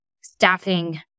staffing